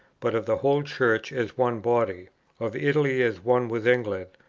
but of the whole church as one body of italy as one with england,